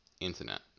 Internet